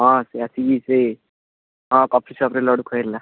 ହଁ ସେ ଆସିକି ସେ ହଁ କଫି ସପ୍ରେ ଲଡ଼ୁ ଖେଳିଲା